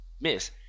Miss